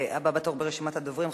הבא בתור ברשימת הדוברים,